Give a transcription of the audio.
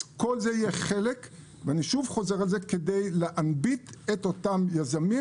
כל זה יהיה חלק כדי להנביט את אותם יזמים,